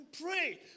pray